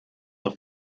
auf